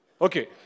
Okay